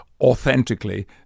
Authentically